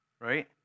Right